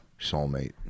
soulmate